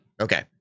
okay